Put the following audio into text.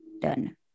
done